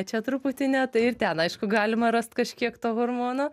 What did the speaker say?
čia truputį ne tai ir ten aišku galima rast kažkiek to hormono